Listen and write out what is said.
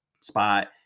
spot